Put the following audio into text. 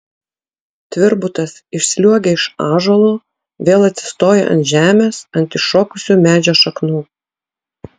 tvirbutas išsliuogia iš ąžuolo vėl atsistoja ant žemės ant iššokusių medžio šaknų